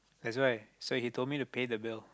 that's why so he told me to pay the bill